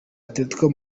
atletico